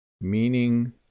Meaning